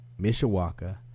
mishawaka